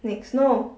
next no